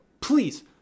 Please